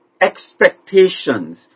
expectations